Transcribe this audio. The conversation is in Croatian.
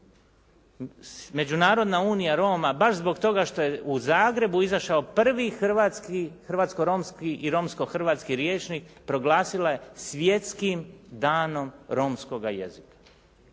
Međunarodna unija Roma baš zbog toga što je u Zagrebu izašao prvi hrvatski, hrvatsko-romski i romsko-hrvatski rječnik proglasila je Svjetskim danom romskog jezika.